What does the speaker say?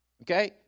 Okay